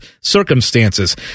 circumstances